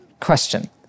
question